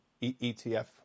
ETF